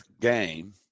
game